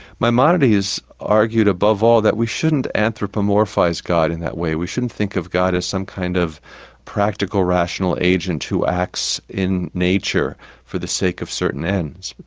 maimonides argued above all that we shouldn't anthropomorphise god in that way. we shouldn't think of god as some kind of practical, rational agent who acts in nature for the sake of certain ends.